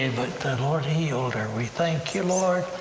and but the lord healed her. we thank you, lord,